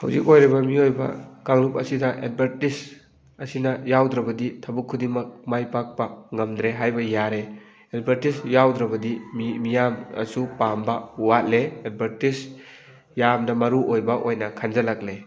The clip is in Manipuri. ꯍꯧꯖꯤꯛ ꯑꯣꯏꯔꯤꯕ ꯃꯤꯑꯣꯏꯕ ꯀꯥꯡꯂꯨꯞ ꯑꯁꯤꯗ ꯑꯦꯠꯚꯔꯇꯤꯁ ꯑꯁꯤꯅ ꯌꯥꯎꯗ꯭ꯔꯕꯗꯤ ꯊꯕꯛ ꯈꯨꯗꯤꯡꯃꯛ ꯃꯥꯏ ꯄꯥꯛꯄ ꯉꯝꯗ꯭ꯔꯦ ꯍꯥꯏꯕ ꯌꯥꯔꯦ ꯑꯦꯠꯚꯔꯇꯤꯁ ꯌꯥꯎꯗ꯭ꯔꯕꯗꯤ ꯃꯤ ꯃꯤꯌꯥꯝꯅꯁꯨ ꯄꯥꯝꯕ ꯋꯥꯠꯂꯦ ꯑꯦꯠꯚꯔꯇꯤꯁ ꯌꯥꯝꯅ ꯃꯔꯨꯑꯣꯏꯕ ꯑꯣꯏꯅ ꯈꯟꯖꯜꯂꯛꯑꯦ